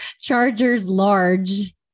Chargers-Large